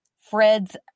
Fred's